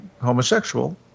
homosexual